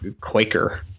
Quaker